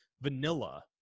vanilla